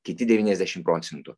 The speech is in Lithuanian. kiti devyniasdešim procentų